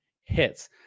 hits